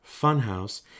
Funhouse